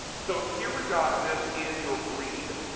so here we got this in your green,